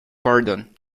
pardon